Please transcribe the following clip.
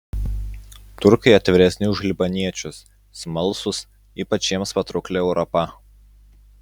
turkai atviresni už libaniečius smalsūs ypač jiems patraukli europa